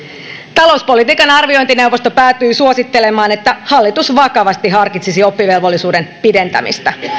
talouspolitiikan arviointineuvosto päätyi suosittelemaan että hallitus vakavasti harkitsisi oppivelvollisuuden pidentämistä